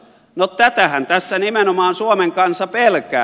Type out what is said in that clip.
no tätähän tässä nimenomaan suomen kansa pelkää